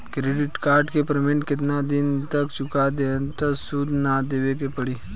Credit card के payment केतना दिन तक चुका देहम त सूद ना देवे के पड़ी?